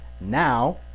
now